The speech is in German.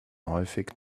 häufig